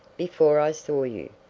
before i saw you,